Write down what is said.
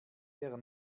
der